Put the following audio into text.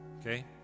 Okay